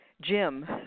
jim